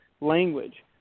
language